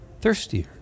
thirstier